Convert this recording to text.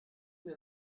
mir